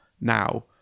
now